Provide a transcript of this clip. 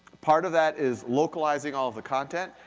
part of that is localizing all the content,